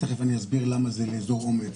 ותכף אני אסביר למה זה לאזור אומץ,